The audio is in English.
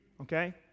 okay